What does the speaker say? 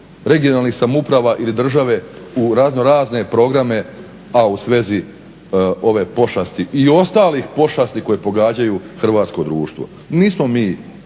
regionalnih samouprava ili države u razno razne programa a u svezi ove pošasti i ostalih pošasti koje pogađaju hrvatsko društvo. Nismo mi